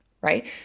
right